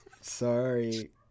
Sorry